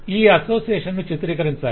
ఈ అసోసియేషన్ ను చిత్రీకరించాలి